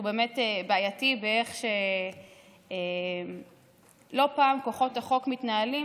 באמת בעייתי באיך שלא פעם כוחות החוק מתנהלים,